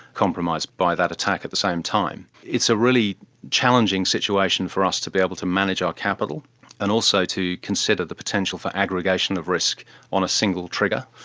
compromised by that attack at the same time. it's a really challenging situation for us to be able to manage our capital and also to consider the potential for aggregation of risk on a single trigger.